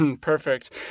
Perfect